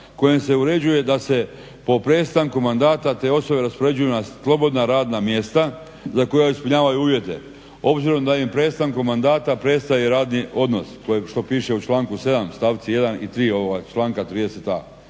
kojim se uređuje da se po prestanku mandata te osobe raspoređuju na slobodna radna mjesta za koja ispunjavaju uvjete. Obzirom da im prestankom mandata prestaje i radni odnos što piše u članku 7. stavcima 1. i 3. članka 30.a.